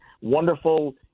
wonderful